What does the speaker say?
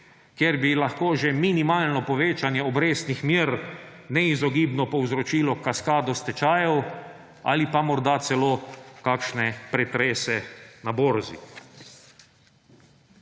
kjer bi lahko že minimalno povečanje obrestnih mer neizogibno povzročilo kaskado stečajev ali pa morda celo kakšne pretrese na borzi.